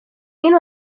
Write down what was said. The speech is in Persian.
این